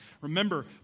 Remember